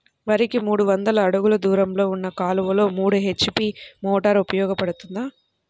వరికి మూడు వందల అడుగులు దూరంలో ఉన్న కాలువలో మూడు హెచ్.పీ మోటార్ ఉపయోగపడుతుందా?